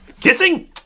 Kissing